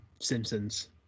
simpsons